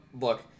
look